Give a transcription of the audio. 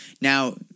now